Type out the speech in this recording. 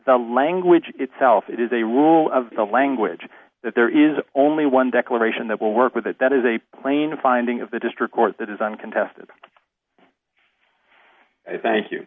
the language itself it is a rule of the language that there is only one declaration that will work with it that is a plain finding of the district court that is uncontested thank you